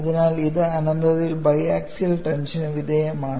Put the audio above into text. അതിനാൽ ഇത് അനന്തതയിൽ ബൈ ആക്സെൽ ടെന്ഷന് വിധേയമാണ്